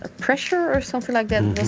ah pressure or something like that,